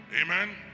Amen